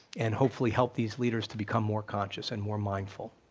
and hopefully help these leaders to become more conscious and more mindful.